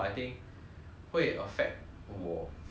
会 affect 我 physically